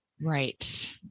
Right